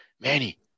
Manny